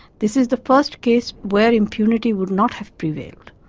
this is the first case where impunity would not have prevailed.